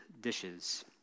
dishes